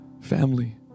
family